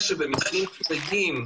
ושרק במקרים חריגים,